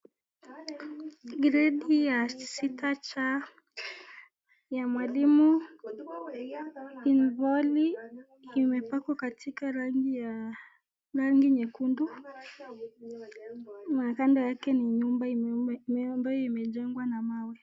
Gredi ya sita C ya mwalimu Involi imepakwa rangi ya nyekundu na kando yake ni nyumba ambayo imejengwa na mawe.